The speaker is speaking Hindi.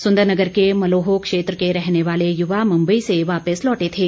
सुंदरनगर के मलोह क्षेत्र के रहने वाले युवा मुंबई से वापस लौटे थे